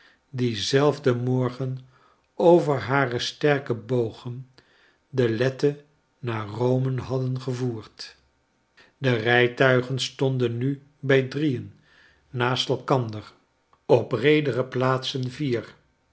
dienzelfden morgen over hare sterke bogen de lethe naar rome hadden gevoerd de rijtuigen stonden nu bij drieen naast olkander op breedere plaatsen vier